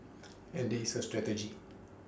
and there is A strategy